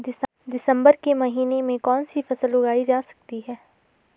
दिसम्बर के महीने में कौन सी फसल उगाई जा सकती है?